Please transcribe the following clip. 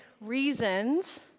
reasons